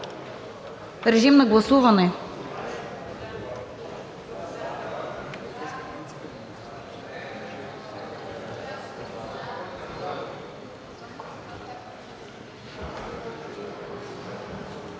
режим на гласуване.